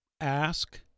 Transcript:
ask